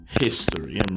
history